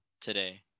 today